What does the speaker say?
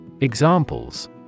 Examples